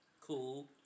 Cool